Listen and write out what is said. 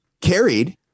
carried